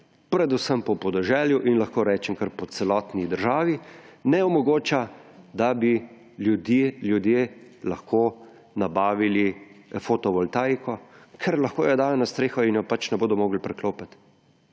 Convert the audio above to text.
predvsem po podeželju in lahko rečem kar po celotni državi, ne omogoča, da bi ljudje lahko nabavili fotovoltaiko, ker lahko jo dajo na streho in je, pač, ne bodo mogli priklopiti.